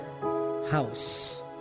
house